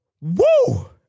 Woo